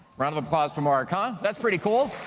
round of applause for marc, um that's pretty cool,